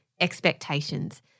Expectations